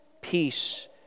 Peace